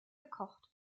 gekocht